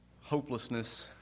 hopelessness